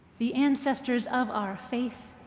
the ancestors of our faith?